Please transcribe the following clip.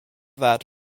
that